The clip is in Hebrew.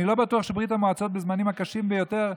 אני לא בטוח שברית המועצות, בזמנים הקשים ביותר,